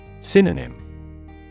Synonym